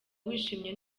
wishimye